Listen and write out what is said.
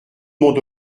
monde